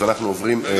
אז אנחנו עוברים,